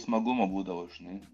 smagumo būdavo žinai